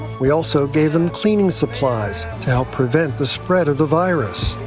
we also gave them cleaning supplies, to help prevent the spread of the virus.